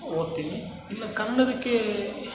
ಓದ್ತೀನಿ ಇಲ್ಲ ಕನ್ನಡಕ್ಕೇ